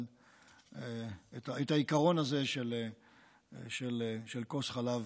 אבל את העיקרון הזה של כוס חלב